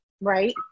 Right